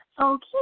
Okay